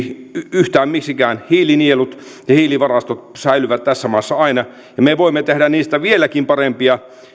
yhtään miksikään hiilinielut ja hiilivarastot säilyvät tässä maassa aina ja me voimme tehdä niistä vieläkin parempia